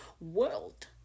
world